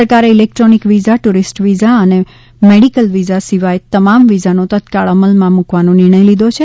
સરકારે electronic visa tourist visa અને medical visa સિવાયતમામ વિઝાનો તત્કાળ અમલમાં મુકવાનો નિર્ણય લીધો છે